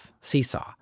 Seesaw